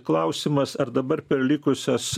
klausimas ar dabar per likusias